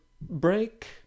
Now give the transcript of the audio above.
break